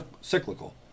cyclical